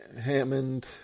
Hammond